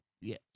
Yes